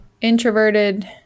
Introverted